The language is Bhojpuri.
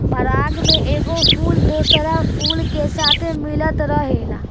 पराग में एगो फूल दोसरा फूल के साथे मिलत रहेला